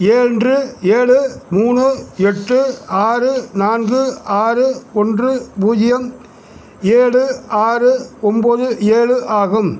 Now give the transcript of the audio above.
இரண்ட்ரு ஏழு மூணு எட்டு ஆறு நான்கு ஆறு ஒன்று பூஜ்ஜியம் ஏழு ஆறு ஒம்பது ஏழு ஆகும்